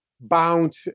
bound